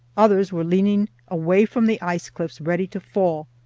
others were leaning away from the ice-cliffs, ready to fall,